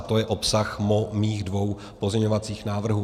To je obsah mých dvou pozměňovacích návrhů.